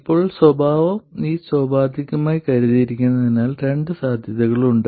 ഇപ്പോൾ സ്വഭാവം ഈ സോപാധികമായി നൽകിയിരിക്കുന്നതിനാൽ രണ്ട് സാധ്യതകളുണ്ട്